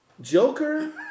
Joker